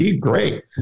Great